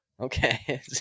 Okay